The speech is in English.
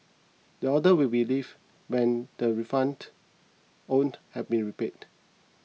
the order will be lifted when the refund owed have been repaid